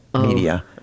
media